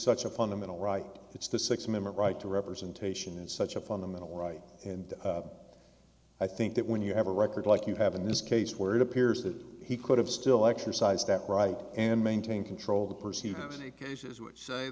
such a fundamental right it's the six member right to representation and such a fundamental right and i think that when you have a record like you have in this case where it appears that he could have still exercise that right and maintain control the purse you have many cases which say